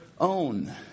own